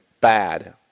bad